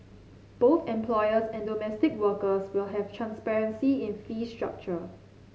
both employers and domestic workers will have transparency in fee structure